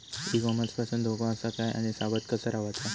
E commerce पासून धोको आसा काय आणि सावध कसा रवाचा?